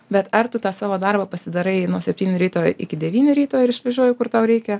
bet ar tu tą savo darbą pasidarai nuo septynių ryto iki devynių ryto ir išvažiuoji kur tau reikia